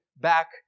back